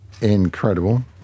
incredible